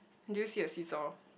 do you see a seesaw